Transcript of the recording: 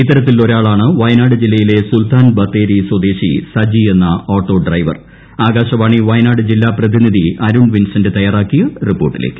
ഇത്തരത്തിൽ ഒരാളാണ് വയനാട് ജില്ലയ്ക്കില്ലു സുൽത്താൻ ബത്തേരി സ്വദേശി സജി എന്ന ഓട്ടോ ഡ്രൈവർ പ്രസ ആകാശവാണി വയനാട് ജില്ലാ പ്പെതീനിധി അരുൺ വിൻസെന്റ് തയ്യാറാക്കിയ റിപ്പോർട്ടിലേക്ക്